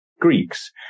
greeks